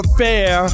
fair